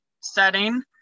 setting